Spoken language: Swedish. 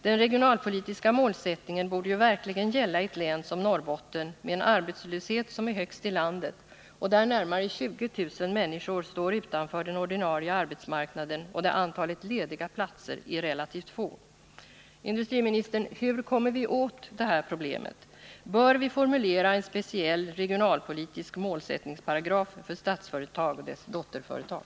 Den regionalpolitiska målsättningen borde verkligen gälla i ett län som Norrbotten med en arbetslöshet som är högst i landet, ett län där närmare 20000 människor står utanför den ordinarie arbetsmarknaden och där antalet lediga platser är relativt litet. Jag skulle vilja fråga industriministern hur vi kommer åt det här problemet. Bör vi formulera en speciell regionalpolitisk målsättningsparagraf för Statsföretag och dess dotterföretag?